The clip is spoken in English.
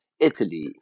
Italy